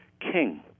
king